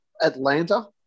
Atlanta